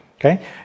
okay